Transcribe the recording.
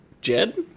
Jed